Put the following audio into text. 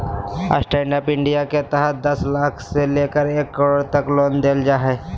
stand up India के तहत दस लाख से लेकर एक करोड़ तक के लोन देल जा हइ